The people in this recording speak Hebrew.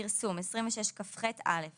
26כחפרסום